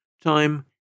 Time